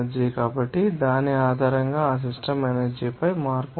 కాబట్టి దాని ఆధారంగా ఆ సిస్టమ్ ఎనర్జీ పై మార్పు ఉంటుంది